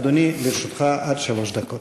אדוני, לרשותך עד שלוש דקות.